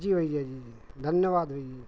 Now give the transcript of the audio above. जी भैया जी जी धन्यवाद